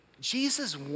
Jesus